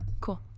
Cool